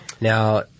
Now